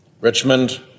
Richmond